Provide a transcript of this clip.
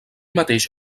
mateix